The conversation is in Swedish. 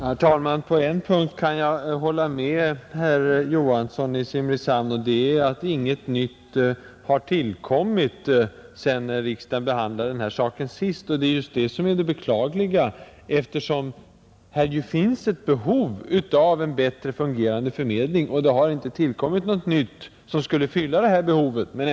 Herr talman! På en punkt kan jag hålla med herr Johansson i Simrishamn: inget nytt har tillkommit sedan riksdagen behandlade denna sak senast. Det är just detta som är det beklagliga, eftersom det finns ett behov av en bättre fungerande offentlig förmedling här. Det har inte tillkommit något nytt som skulle kunna klara den uppgiften.